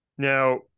Now